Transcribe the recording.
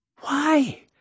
Why